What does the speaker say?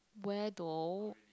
where though